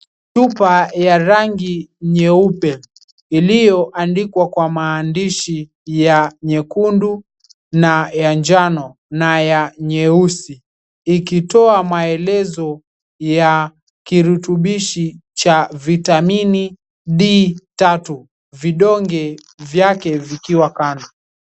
Chupa ya rangi nyeupe, iliyoandikwa kwa maandishi ya nyekundu na ya njano na ya nyeusi ikitoa maelezo ya kirutubishi cha vitamini D tatu vidonge vyake vikiwa kando.